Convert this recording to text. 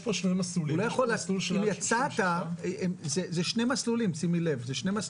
אם יצאת, זה שני מסלולים שונים.